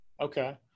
Okay